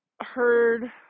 heard